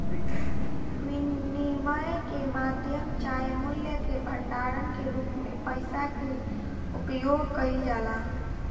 विनिमय के माध्यम चाहे मूल्य के भंडारण के रूप में पइसा के उपयोग कईल जाला